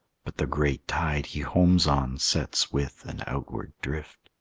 but the great tide he homes on sets with an outward drift.